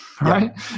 right